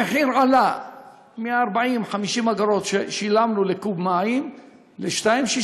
המחיר עלה מ-40 50 אגורות ששילמו לקוב מים ל-2.60